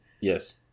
Yes